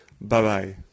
Bye-bye